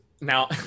now